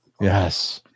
Yes